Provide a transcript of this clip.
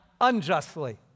unjustly